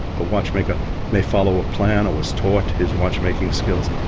a watchmaker may follow a plan or was taught his watchmaking skills.